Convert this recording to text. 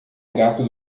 gato